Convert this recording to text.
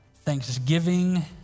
thanksgiving